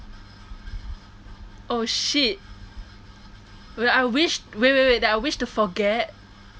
oh shit well I wish wait wait wait that I wish to forget